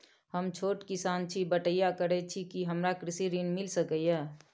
हम छोट किसान छी, बटईया करे छी कि हमरा कृषि ऋण मिल सके या?